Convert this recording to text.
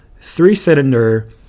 three-cylinder